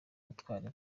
ubutwari